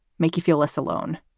make you feel less alone